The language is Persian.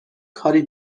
کاری